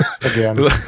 again